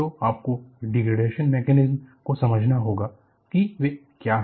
तो आपको degradation mechanism को समझना होगा कि वे क्या हैं